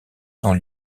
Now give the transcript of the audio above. sont